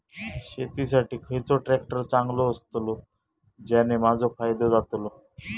शेती साठी खयचो ट्रॅक्टर चांगलो अस्तलो ज्याने माजो फायदो जातलो?